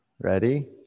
ready